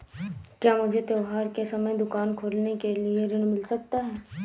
क्या मुझे त्योहार के समय दुकान खोलने के लिए ऋण मिल सकता है?